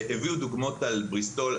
הביאו דוגמאות על בריסטול,